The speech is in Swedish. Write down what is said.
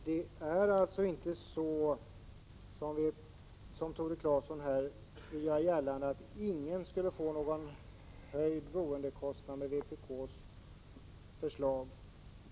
Herr talman! Det är inte så som Tore Claeson vill göra gällande, att inga skulle få höjda boendekostnader enligt vpk:s förslag.